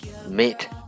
Meet